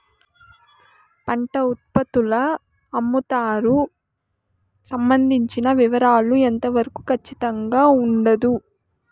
పంట ఉత్పత్తుల అమ్ముతారు సంబంధించిన వివరాలు ఎంత వరకు ఖచ్చితంగా ఉండదు?